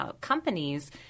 companies